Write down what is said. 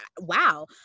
wow